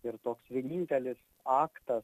ir toks vienintelis aktas